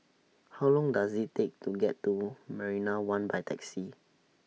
How Long Does IT Take to get to Marina one By Taxi